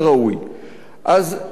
אז מכל הסיבות האלה,